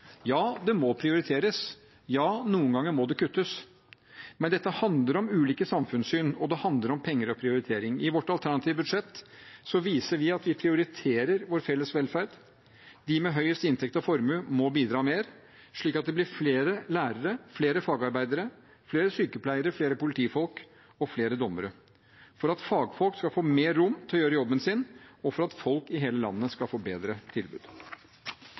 Ja, det må prioriteres. Ja, noen ganger må det kuttes. Men dette handler om ulike samfunnssyn, og det handler om penger og prioritering. I vårt alternative budsjett viser vi at vi prioriterer vår felles velferd. De med høyest inntekt og formue må bidra mer, slik at det blir flere lærere, flere fagarbeidere, flere sykepleiere, flere politifolk og flere dommere – for at fagfolk skal få mer rom til å gjøre jobben sin, og for at folk i hele landet skal få et bedre tilbud.